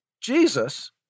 Jesus